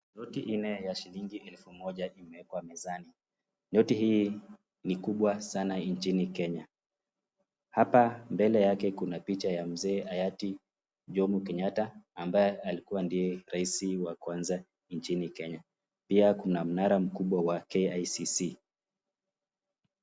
Noti ya aina ya shilingi elfu moja imewekwa mezani. Noti hii ni kubwa sana nchini Kenya. Hapa mbele yake kuna picha ya mzee hayati Jommo Kenyatta ambaye alikuwa ndiye raisi wa kwanza nchini Kenya pia kuna mnara mkubwa wa KICC.